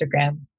Instagram